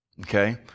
okay